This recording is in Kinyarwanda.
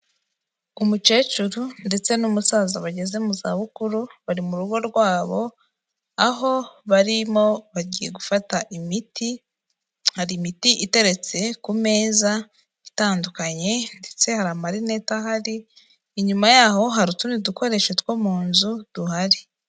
Umukecuru ndetse n'umusaza bageze mu zabukuru bari mu rugo rwabo, aho barimo bagiye gufata imiti, hari imiti iteretse ku meza itandukanye ndetse hari amarinete ahari, inyuma y'aho hari utundi dukoresho two mu nzu duhari.